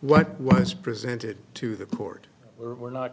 what was presented to the court were